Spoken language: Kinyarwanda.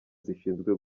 zishinzwe